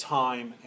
time